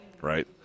right